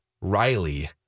Riley